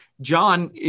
John